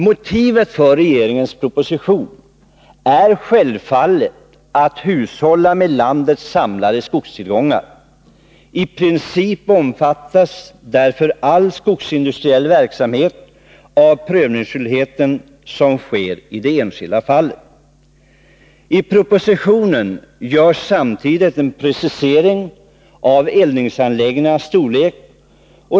Motivet för regeringens proposition är självfallet att hushålla med landets samlade skogstillgångar. I princip omfattas därför all skogsindustriell verksamhet av prövningsskyldigheten, som sker i det enskilda fallet. I propositionen görs samtidigt en precisering av eldningsanläggningarnas storlek.